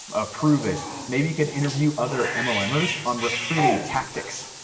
ah pruvit, maybe could interview other mlmers on recruiting tactics,